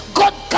good